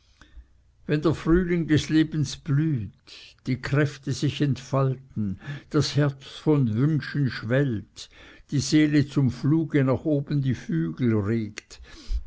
wenn der frühling des lebens blüht die kräfte sich entfalten das herz von wünschen schwellt die seele zum fluge nach oben die flügel regt